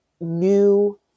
new